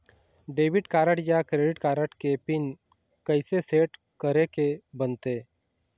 Debit card या credit card के pin कइसे सेट करे के बनते?